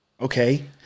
Okay